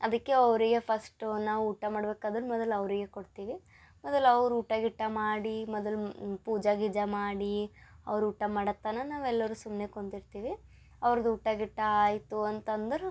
ಅದಕ್ಕೆ ಅವರಿಗೆ ಫಸ್ಟು ನಾವು ಊಟ ಮಾಡಬೇಕಾದ್ರೆ ಮೊದಲು ಅವರಿಗೆ ಕೊಡ್ತೀವಿ ಮೊದಲು ಅವರು ಊಟ ಗೀಟ ಮಾಡಿ ಮೊದಲು ಪೂಜೆ ಗೀಜೆ ಮಾಡಿ ಅವ್ರು ಊಟ ಮಾಡೋತ್ತನ ನಾವು ಎಲ್ಲರೂ ಸುಮ್ಮನೆ ಕುಂದಿರ್ತೀವಿ ಅವ್ರದ್ ಊಟ ಗೀಟ ಆಯಿತು ಅಂತಂದ್ರೆ